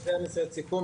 לסיכום,